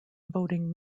voting